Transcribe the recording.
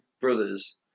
brothers